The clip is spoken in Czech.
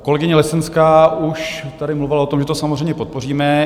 Kolegyně Lesenská už tady mluvila o tom, že to samozřejmě podpoříme.